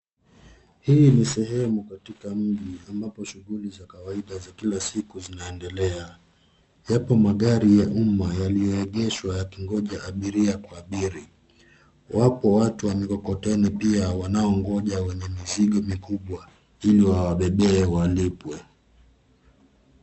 Hii ni sehemu katika mji ambapo shughuli za kawaida za kila siku zinaendelea. Yapo magari ya umma yalioegeshwa yakingoja abiria kuabiri. Wapo watu wa mikokoteni pia wanaongoja wenye mizigo mikubwa ili wawabebee walipwe.